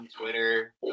Twitter